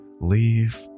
Leave